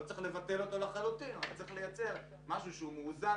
לא לבטל לחלוטין אבל לייצר משהו מאוזן